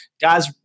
guys